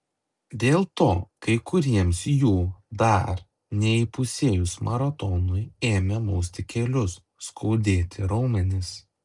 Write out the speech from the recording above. dėl to kai kuriems jų dar neįpusėjus maratonui ėmė mausti kelius skaudėti raumenis